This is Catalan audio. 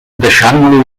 deixant